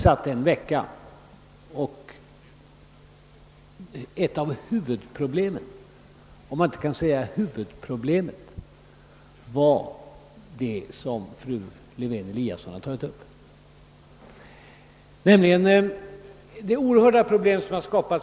Ett av huvudproblemen, för att inte säga huvudproblemet, var det som fru Lewén-Eliasson här har tagit upp.